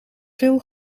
veel